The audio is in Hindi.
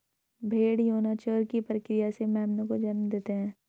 भ़ेड़ यौनाचार की प्रक्रिया से मेमनों को जन्म देते हैं